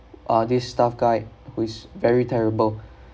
uh this staff guy who is very terrible